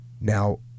Now